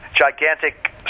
gigantic